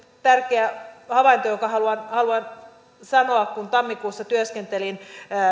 tärkeä havainto jonka haluan sanoa on kun tammikuussa työskentelin